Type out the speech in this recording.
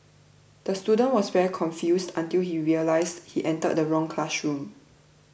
the student was very confused until he realised he entered the wrong classroom